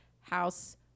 house